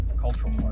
Cultural